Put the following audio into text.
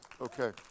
Okay